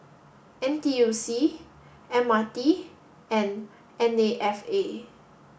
N T U C M R T and N A F A